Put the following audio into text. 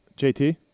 JT